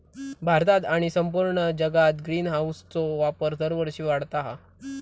भारतात आणि संपूर्ण जगात ग्रीनहाऊसचो वापर दरवर्षी वाढता हा